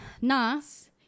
NAS